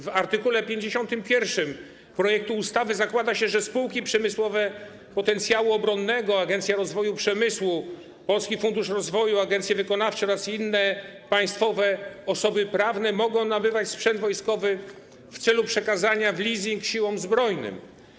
W art. 51 projektu ustawy zakłada się, że spółki przemysłowe potencjału obronnego, Agencja Rozwoju Przemysłu, Polski Fundusz Rozwoju, agencje wykonawcze oraz inne państwowe osoby prawne mogą nabywać sprzęt wojskowy w celu przekazania w leasing Siłom Zbrojnym.